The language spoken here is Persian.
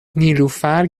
نیلوفر